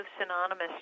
synonymous